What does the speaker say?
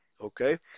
okay